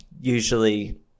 usually